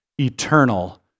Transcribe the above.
eternal